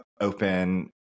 open